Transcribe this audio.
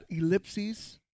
Ellipses